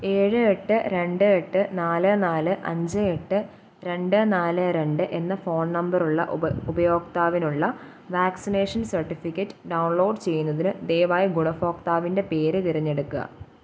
ഏഴ് എട്ട് രണ്ട് എട്ട് നാല് നാല് അഞ്ച് എട്ട് രണ്ട് നാല് രണ്ട് എന്ന ഫോൺ നമ്പറുള്ള ഉപയോക്താവിനുള്ള വാക്സിനേഷൻ സർട്ടിഫിക്കറ്റ് ഡൗൺലോഡ് ചെയ്യുന്നതിന് ദയവായി ഗുണഭോക്താവിൻ്റെ പേര് തിരഞ്ഞെടുക്കുക